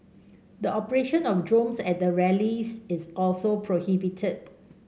the operation of drones at the rallies is also prohibited